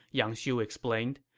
yang xiu explained.